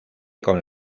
con